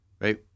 right